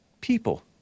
people